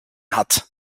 hat